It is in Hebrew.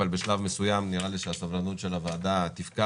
אבל בשלב מסוים נראה לי שהסבלנות של הוועדה תפקע